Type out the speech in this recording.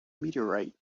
meteorite